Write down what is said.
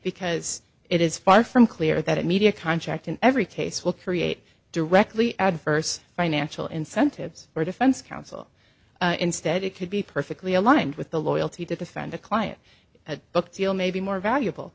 because it is far from clear that media contract in every case will create directly adverse financial incentives or defense counsel instead it could be perfectly aligned with the loyalty to defend a client a book deal maybe more valuable